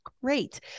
Great